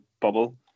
bubble